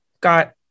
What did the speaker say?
got